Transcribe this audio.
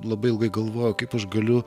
labai ilgai galvojau kaip aš galiu